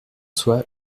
soi